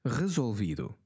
resolvido